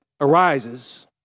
arises